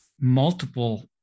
multiple